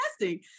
testing